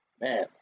man